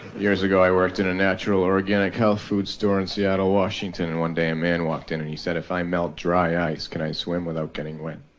years ago i worked in a natural organic health food store in seattle washington. and one day a man walked in and he said, if i melt dry ice can i swim without getting wet?